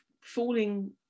falling